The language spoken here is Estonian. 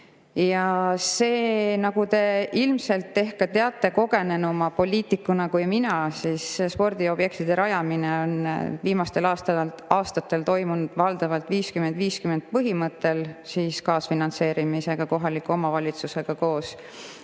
Ja see, nagu te ilmselt ehk ka teate kogenenuma poliitikuna kui mina, siis spordiobjektide rajamine on viimastel aastatel toimunud valdavalt 50 : 50 põhimõttel ehk kaasfinantseerimisega kohaliku omavalitsusega koos.